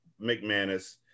McManus